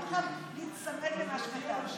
אתה לא חייב להיצמד למה שכתבת.